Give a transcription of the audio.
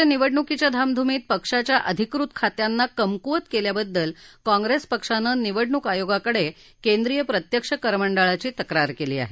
सध्याच्या निवडणुकीच्या धामधुमीत पक्षाच्या अधिकृत खात्यांना कमकुवत केल्याबद्दल काँग्रेस पक्षानं निवडणुक आयोगाकडे केंद्रीय प्रत्यक्ष कर मंडळाची तक्रार केली आहे